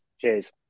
cheers